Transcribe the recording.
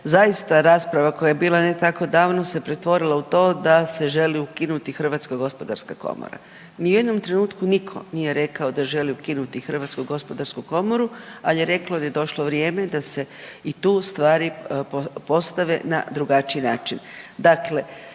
zaista rasprava koja je bila ne tako davno se pretvorila u to da se želi ukinuti Hrvatska gospodarska komora. Ni u jednom trenutku nitko nije rekao da želi ukinuti Hrvatsku gospodarsku komoru, ali je reklo da je došlo vrijeme da se i tu stvari postave na drugačiji način.